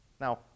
Now